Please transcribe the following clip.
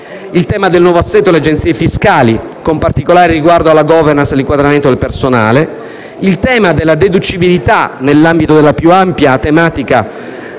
il tema del nuovo assetto delle agenzie fiscali, con particolare riguardo alla *governance* e all'inquadramento del personale; il tema della deducibilità, nell'ambito della più ampia tematica